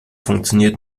funktioniert